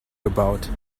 gebaut